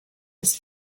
his